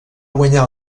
guanyar